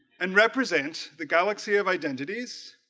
and represent the galaxy of identities